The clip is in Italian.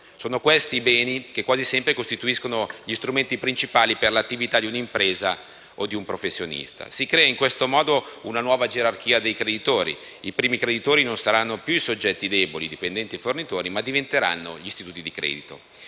Sono questi i beni che quasi sempre costituiscono gli strumenti principali per l'attività di una impresa o di un professionista. Si crea in questo modo una nuova gerarchia dei creditori: i primi creditori non saranno i soggetti più deboli (dipendenti e fornitori), ma diventeranno gli istituti di credito.